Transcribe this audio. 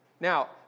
Now